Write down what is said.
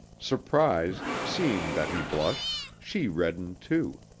surprised, seeing that he blushed, she reddened too.